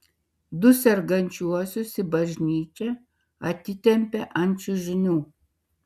du sergančiuosius į bažnyčią atitempė ant čiužinių